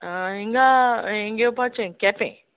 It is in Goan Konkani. हिंगा हिंग येवपाचें केंपे